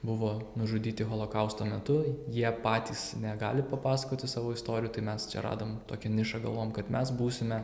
buvo nužudyti holokausto metu jie patys negali papasakoti savo istorijų tai mes čia radom tokią nišą galvojom kad mes būsime